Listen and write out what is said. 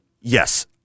Yes